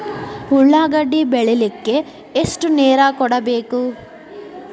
ಉಳ್ಳಾಗಡ್ಡಿ ಬೆಳಿಲಿಕ್ಕೆ ಎಷ್ಟು ನೇರ ಕೊಡಬೇಕು?